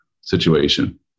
situation